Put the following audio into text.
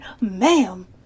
ma'am